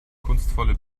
kunstvolle